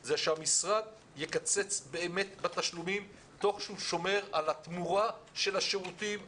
זה שהמשרד יקצץ באמת בתשלומים תוך שהוא שומר על התמורה של השירותים,